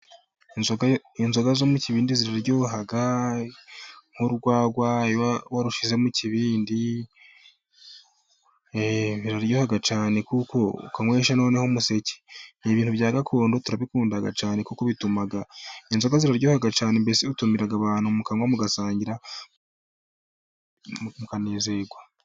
Inzoga zo mu kibindi ziraryoha nk'urwagwa warushize mu kibindi biraryoha cyane, ukanywesha noneho umuseke. Ni ibintu bya gakondo turabikunda cyane kuko bituma inzoga ziryoha cyane. Mbese utumira abantu mukanywa, mugasangira mukanezerwa.